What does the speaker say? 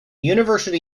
university